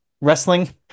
wrestling